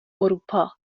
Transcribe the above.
اروپا